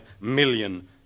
million